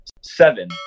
Seven